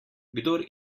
kdor